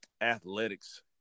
athletics